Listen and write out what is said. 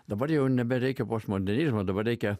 dabar jau nebereikia postmodernizmo dabar reikia